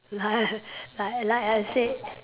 la~ like like I said